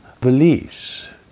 beliefs